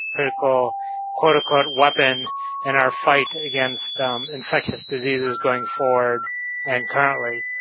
critical quote unquote weapon in our fight against infectious diseases going forward and currently.